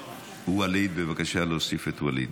ואליד, בבקשה להוסיף את ואליד.